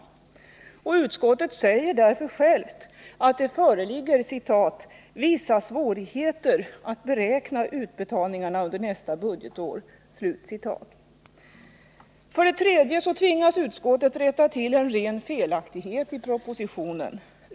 Utskottet säger därför självt att det föreligger ”vissa svårigheter ——-— att beräkna utbetalningarna under nästa budgetår”. För det tredje tvingas utskottet rätta till en ren felaktighet i propositionen.